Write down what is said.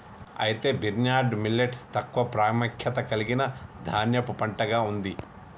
అయితే barnyard millet తక్కువ ప్రాముఖ్యత కలిగిన ధాన్యపు పంటగా ఉంది